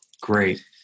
Great